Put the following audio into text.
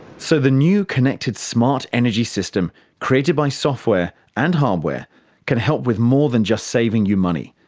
so the new connected smart energy system created by software and hardware can help with more than just saving you money,